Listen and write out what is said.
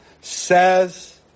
says